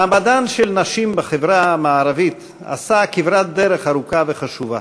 מעמדן של נשים בחברה המערבית עשה כברת דרך ארוכה וחשובה.